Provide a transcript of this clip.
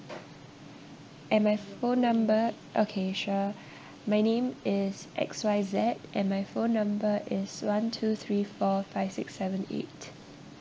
and my phone number okay sure my name is X Y Z and my phone number is one two three four five six seven eight